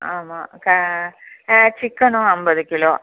ஆமாம் க ஆ சிக்கனும் ஐம்பது கிலோ